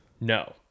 No